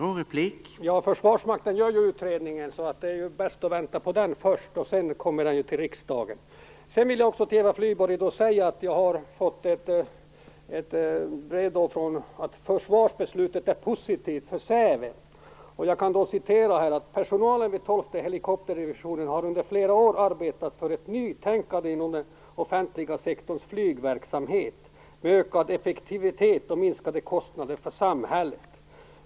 Herr talman! Försvarsmakten gör ju en utredning. Det är bäst att vänta på den först. Sedan kommer den ju till riksdagen. Jag kan också säga till Eva Flyborg att jag har fått ett brev om att försvarsbeslutet är positivt för Säve. Det står: Personalen vid tolfte helikopterdivisionen har under flera år arbetat för ett nytänkande inom den offentliga sektorns flygverksamhet, ökad effektivitet och minskade kostnader för samhället.